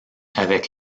avec